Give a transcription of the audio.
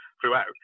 throughout